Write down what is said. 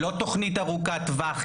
לא תכנית ארוכת תווך,